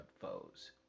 foes